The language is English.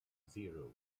zero